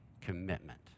commitment